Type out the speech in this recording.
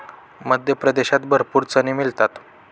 मध्य प्रदेशात भरपूर चणे मिळतात